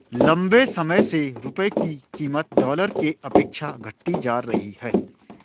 लंबे समय से रुपये की कीमत डॉलर के अपेक्षा घटती जा रही है